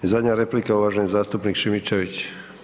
I zadnja replika uvaženi zastupnik Šimičević.